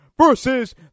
versus